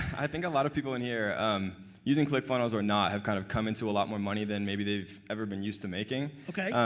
i think a lot of people in here um using clickfunnels or not have kind of come into a lot more money than maybe they've ever been used to making. okay.